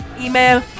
email